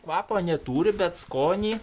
kvapo neturi bet skonį